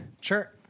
Sure